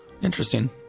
Interesting